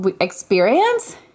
experience